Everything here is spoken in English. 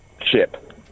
Ship